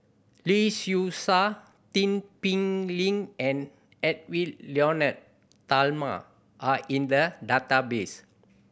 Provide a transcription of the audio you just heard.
Lee Seow Ser Tin Pei Ling and Edwy Lyonet Talma are in the database